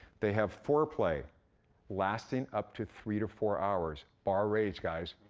they have foreplay lasting up to three to four hours. bar raised, guys.